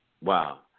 Wow